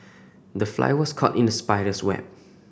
the fly was caught in the spider's web